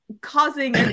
causing